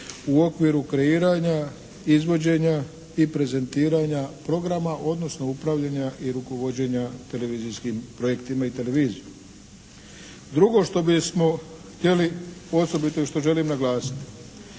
u okviru kreiranja, izvođenja i prezentiranja programa, odnosno upravljanja i rukovođenja televizijskim projektima i televizijom. Drugo što bismo htjeli osobito i što želim naglasiti.